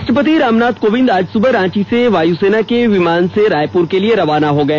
राष्ट्रपति रामनाथ कोविंद आज सुबह रांची से वायुसेना के विमान से रायपुर के लिए रवाना हो गए